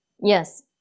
Yes